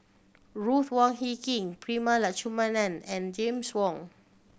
Ruth Wong Hie King Prema Letchumanan and James Wong